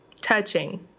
touching